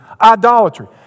Idolatry